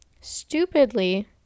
Stupidly